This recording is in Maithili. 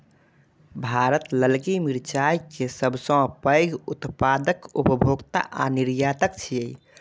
भारत ललकी मिरचाय के सबसं पैघ उत्पादक, उपभोक्ता आ निर्यातक छियै